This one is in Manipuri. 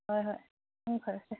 ꯍꯣꯏ ꯍꯣꯏ ꯃꯪ ꯐꯔꯁꯦ